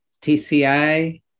TCI